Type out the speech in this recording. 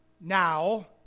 now